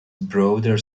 broader